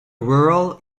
rural